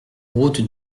route